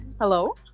Hello